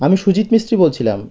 আমি সুজিত মিস্ত্রি বলছিলাম